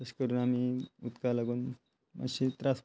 तशें करून आमी उदकाक लागून मात्शी त्रास पडटा